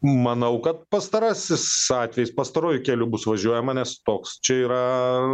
manau kad pastarasis atvejis pastaruoju keliu bus važiuojama nes toks čia yra